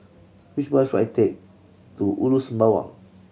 which bus should I take to Ulu Sembawang